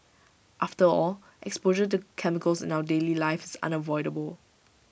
after all exposure to chemicals in our daily life is unavoidable